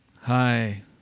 Hi